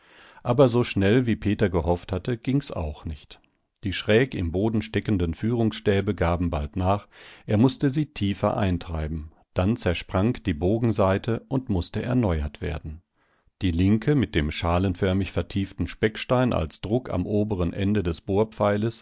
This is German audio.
aber so schnell wie peter gehofft hatte ging's auch nicht die schräg im boden steckenden führungsstäbe gaben bald nach er mußte sie tiefer eintreiben dann zersprang die bogensaite und mußte erneuert werden die linke mit dem schalenförmig vertieften speckstein als druck am oberen ende des